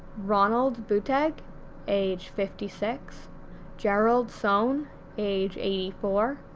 ronald bettig age fifty six gerald sohn age eighty four,